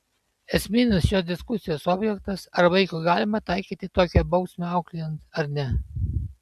esminis šios diskusijos objektas ar vaikui galima taikyti tokią bausmę auklėjant ar ne